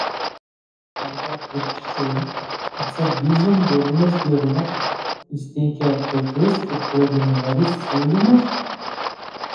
arba atvirkščiai atsargiai zonduodamas dirvą jis teikia aptakius ir preliminarius siūlymus